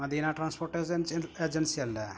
Medina transports ഏജൻ agency അല്ലേ